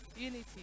Unity